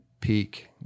peak